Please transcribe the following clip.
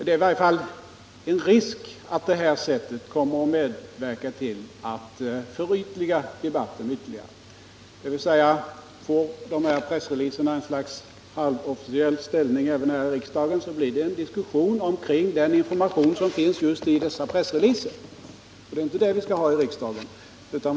Det finns risk att detta kommer att medverka till att ytterligare förytliga debatten — får de här pressreleaserna ett slags halvofficiell ställning även här i riksdagen blir det en diskussion omkring den information som finns just i pressreleaserna, och det är inte det vi skall ha i riksdagen.